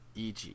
EG